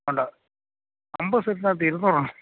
ഉണ്ട് അമ്പത് സെൻറ്റിനകത്ത് ഇരുന്നൂറെണ്ണോ